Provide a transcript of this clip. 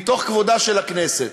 מתוך כבודה של הכנסת.